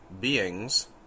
beings